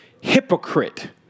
hypocrite